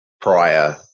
prior